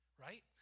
right